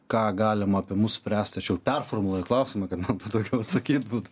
ką galima apie mus spręst aš jau performuluoju klausimą kad man būtų atsakyt būtų